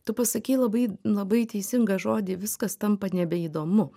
tu pasakei labai labai teisingą žodį viskas tampa nebeįdomu